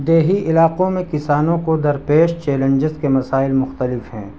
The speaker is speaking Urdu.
دیہی علاقوں میں کسانوں کو درپیش چیلنجز کے مسائل مختلف ہیں